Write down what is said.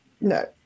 No